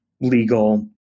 legal